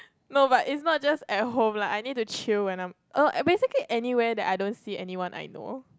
no but it's not just at home like I need to chill when I'm err basically anywhere that I don't see anyone I know